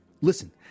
listen